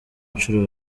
nshuro